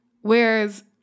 Whereas